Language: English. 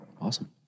Awesome